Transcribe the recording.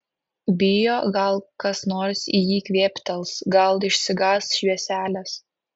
bijo gal kas nors į jį kvėptels gal išsigąs švieselės